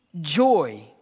joy